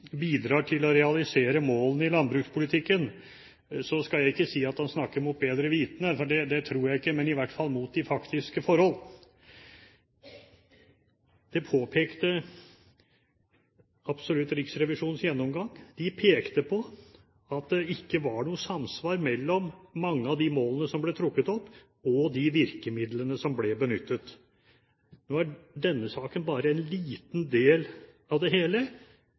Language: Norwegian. bidrar til å realisere målene i landbrukspolitikken, skal ikke jeg si at han snakker mot bedre vitende, for det tror jeg ikke, men i hvert fall mot de faktiske forhold. Det påpekte absolutt Riksrevisjonens gjennomgang. De pekte på at det ikke var noe samsvar mellom mange av de målene som ble trukket opp, og de virkemidlene som ble benyttet. Nå er denne saken bare en liten del av det hele,